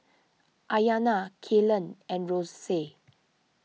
Aryanna Kaylen and Rosey